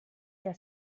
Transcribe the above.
der